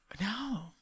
No